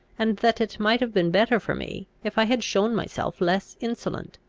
and that it might have been better for me, if i had shown myself less insolent.